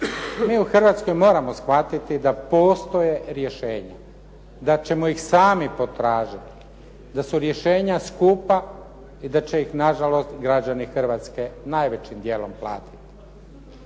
Mi u Hrvatskoj moramo shvatiti da postoje rješenja, da ćemo ih sami potražiti, da su rješenja skupa i da će ih nažalost građani Hrvatske najvećim djelom platiti.